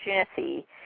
opportunity